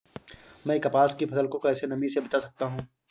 मैं कपास की फसल को कैसे नमी से बचा सकता हूँ?